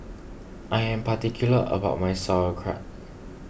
I am particular about my Sauerkraut